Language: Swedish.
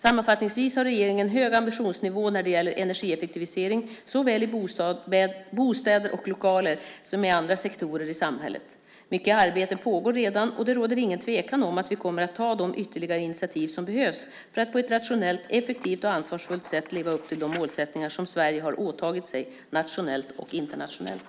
Sammanfattningsvis har regeringen en hög ambitionsnivå när det gäller energieffektivisering, såväl i bostäder och lokaler som i andra sektorer i samhället. Mycket arbete pågår redan, och det råder ingen tvekan om att vi kommer att ta de ytterligare initiativ som behövs för att på ett rationellt, effektivt och ansvarsfullt sätt leva upp till de målsättningar som Sverige har åtagit sig, nationellt och internationellt.